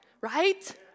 right